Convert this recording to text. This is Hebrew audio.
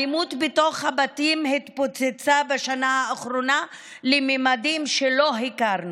האלימות בתוך הבתים התפוצצה בשנה האחרונה לממדים שלא הכרנו.